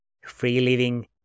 free-living